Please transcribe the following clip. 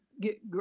get